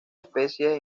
especies